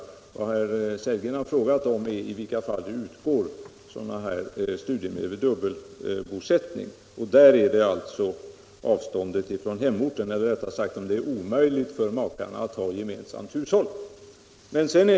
Vad herr Sellgren har frågat är i vilka fall det utgår extra studiemedel vid dubbelbosättning. Det är alltså avståndet från hemorten, eller rättare sagt det faktum att det är omöjligt för makarna att ha gemensamt hushåll, som avgör det.